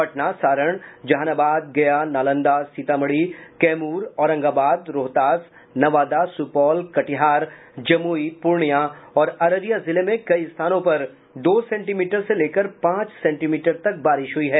पटना सारण जहानाबाद गया नालंदा सीतामढ़ी कैमूर औरंगाबाद रोहतास नवादा सुपौल कटिहार जमूई पूर्णिया और अररिया जिले में कई स्थानों पर दो सेंटीमीटर से लेकर पांच सेंटीमीटर तक बारिश हुई है